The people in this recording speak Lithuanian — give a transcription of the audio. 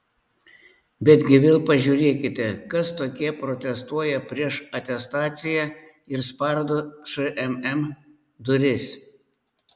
betgi vėl pažiūrėkite kas tokie protestuoja prieš atestaciją ir spardo šmm duris